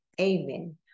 Amen